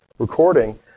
recording